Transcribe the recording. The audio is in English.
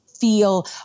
feel